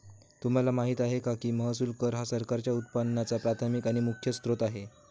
तुम्हाला माहिती आहे का की महसूल कर हा सरकारच्या उत्पन्नाचा प्राथमिक आणि प्रमुख स्त्रोत आहे